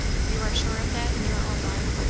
you are sure of that in your own mind?